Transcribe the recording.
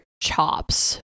chops